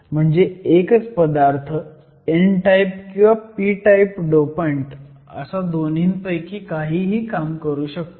म्हणजे एकच पदार्थ n टाईप किंवा p टाईप डोपंट असा दोन्हींपैकी काहीही काम करू शकतो